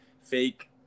fake